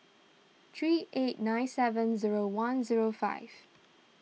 three eight nine seven zero one zero five